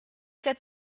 cet